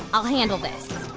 i'll handle this.